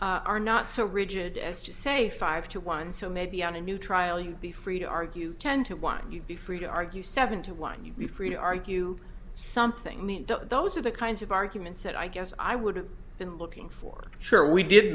cases are not so rigid as to say five to one so maybe on a new trial you'd be free to argue ten to one you'd be free to argue seven to one you'd be free to argue something those are the kinds of arguments that i guess i would have been looking for sure we did